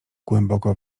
głęboko